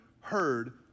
heard